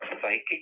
Psychic